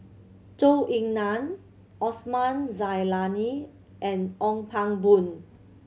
Zhou Ying Nan Osman Zailani and Ong Pang Boon